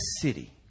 city